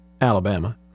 Alabama